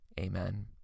Amen